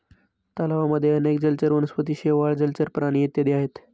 तलावांमध्ये अनेक जलचर वनस्पती, शेवाळ, जलचर प्राणी इत्यादी आहेत